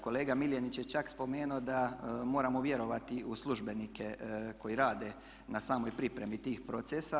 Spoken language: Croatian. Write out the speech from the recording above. Kolega Miljenić je čak spomenuo da moramo vjerovati u službenike koji rade na samoj pripremi tih procesa.